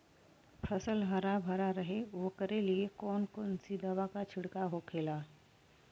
फसल हरा भरा रहे वोकरे लिए कौन सी दवा का छिड़काव होखेला?